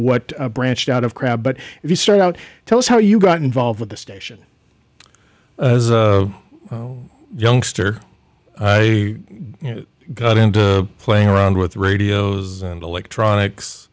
what branched out of crab but if you start out tell us how you got involved with the station youngster i got into playing around with radios and electronics